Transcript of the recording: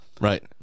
Right